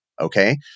okay